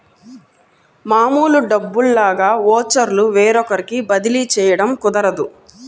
మామూలు డబ్బుల్లాగా ఓచర్లు వేరొకరికి బదిలీ చేయడం కుదరదు